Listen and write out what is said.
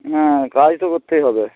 হ্যাঁ কাজ তো করতেই হবে